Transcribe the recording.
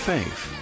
Faith